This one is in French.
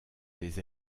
des